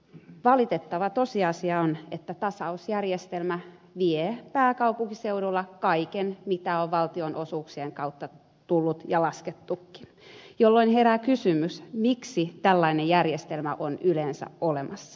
valitettava tosiasia on että tasausjärjestelmä vie pääkaupunkiseudulta kaiken mitä on valtionosuuksien kautta tullut ja laskettukin jolloin herää kysymys miksi tällainen järjestelmä on yleensä olemassa